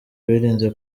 birinze